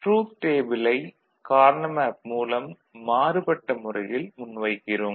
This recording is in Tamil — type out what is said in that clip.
ட்ரூத் டேபிளை கார்னா மேப் மூலம் மாறுபட்ட முறையில் முன்வைக்கிறோம்